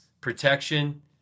protection